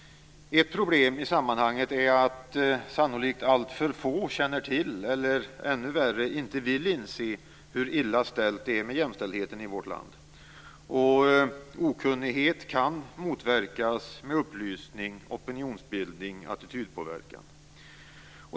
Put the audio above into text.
Ett problem i sammanhanget är att sannolikt alltför få känner till eller, ännu värre, inte vill inse hur illa ställt det är med jämställdheten i vårt land. Okunnighet kan motverkas med upplysning, opinionsbildning och attitydpåverkan.